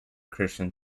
christian